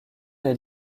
est